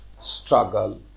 struggle